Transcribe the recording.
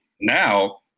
Now